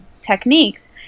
techniques